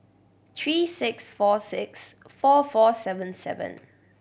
three six four six four four seven seven